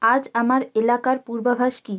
আজ আমার এলাকার পূর্বাভাস কী